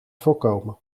voorkomen